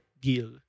deal